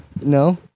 No